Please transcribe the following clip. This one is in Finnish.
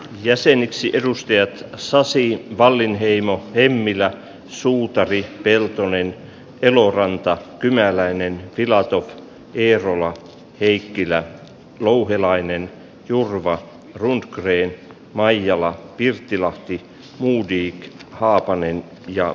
jäseniksi edustaja sasi wallinheimo hemmilä suutari peltonen eloranta kyläläinen filatoff vierula heikkilä louhelainen turva runkreen maijala pirttilahti heikki haapanen ja